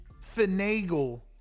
finagle